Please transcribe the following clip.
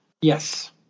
Yes